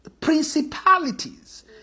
principalities